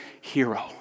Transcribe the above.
hero